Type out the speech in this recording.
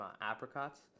apricots